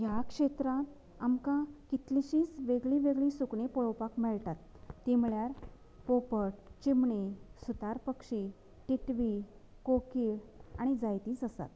ह्या क्षेत्रान आमकां कितलिशींच वेगळीं वेगळीं सुकणीं पळोवपाक मेळटात ती म्हणळ्यार पोपट चिमणी सुतार पक्षी तितवी कोकीळ आनी जायतींच आसात